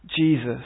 Jesus